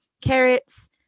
carrots